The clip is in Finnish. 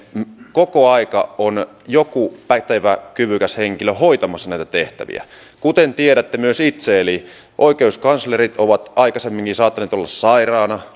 koko aika on joku pätevä kyvykäs henkilö hoitamassa näitä tehtäviä kuten tiedätte myös itse oikeuskanslerit ovat aikaisemminkin saattaneet olla sairaina